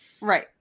Right